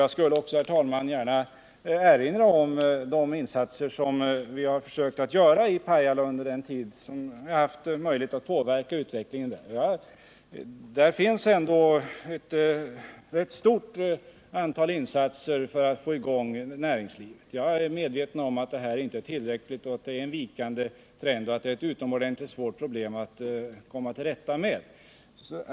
Jag skulle också, herr talman, vilja erinra om de insatser som vi har försökt att göra i Pajala under den tid som jag haft möjlighet att påverka utvecklingen där. Vi har ändå gjort ett stort antal insatser för att försöka få i gång näringslivet på orten. Jag är medveten om att detta inte är tillräckligt, att trenden är vikande och att detta är ett utomordentligt svårt problem att komma till rätta med.